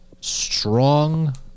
strong